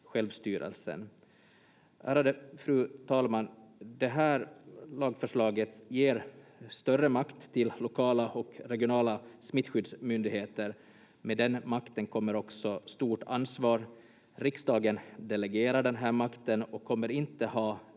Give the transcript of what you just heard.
självstyrelsen. Ärade fru talman! Det här lagförslaget ger större makt till lokala och regionala smittskyddsmyndigheter. Med den makten kommer också stort ansvar. Riksdagen delegerar den här makten och kommer inte ha